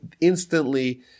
instantly